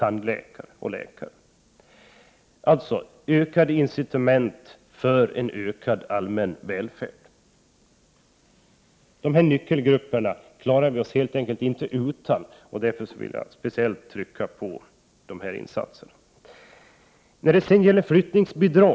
Alltså: Ökade incitament för en utökad allmän välfärd. Dessa nyckelgrupper klarar vi oss helt enkelt inte utan. Därför vill jag gärna speciellt trycka på vikten av snabba och effektiva insatser.